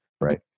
Right